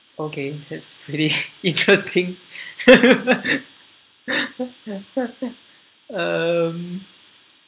okay that's pretty interesting um